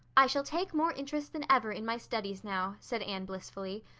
i shall take more interest than ever in my studies now, said anne blissfully,